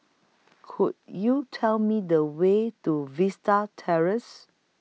Could YOU Tell Me The Way to Vista Terrace